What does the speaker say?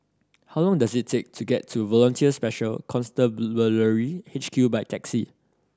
how long does it take to get to Volunteer Special Constabulary H Q by taxi